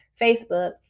Facebook